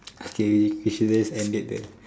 okay we we should just end it there